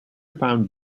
found